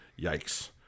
Yikes